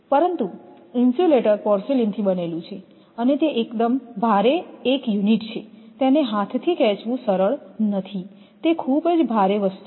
પરંતુ ઇન્સ્યુલેટર પોર્સેલેઇનથી બનેલું છે અને તે એકદમ ભારે 1 યુનિટ છે તેને હાથથી ખેંચવું સરળ નથી તે ખૂબ જ ભારે વસ્તુ છે